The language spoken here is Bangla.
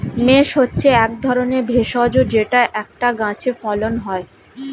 মেস হচ্ছে এক ধরনের ভেষজ যেটা একটা গাছে ফলন হয়